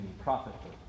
profitably